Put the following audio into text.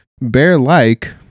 bear-like